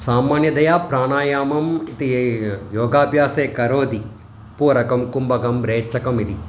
सामान्यतया प्राणायामम् इति ये योगाभ्यासे करोति पूरकं कुम्भकं रेचकम् इति